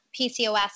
pcos